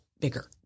bigger